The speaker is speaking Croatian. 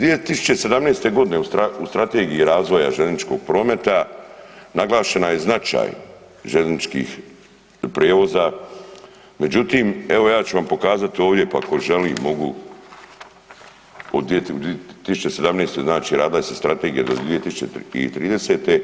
2017. godine u strategiji razvoja željezničkog prometa naglašen je značaj željezničkih prijevoza, međutim evo ja ću vam pokazati ovdje pa tko želi mogu od 2017. znači radila je se strategija do 2030.